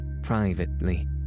Privately